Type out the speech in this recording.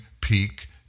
peak